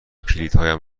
کلیدهایم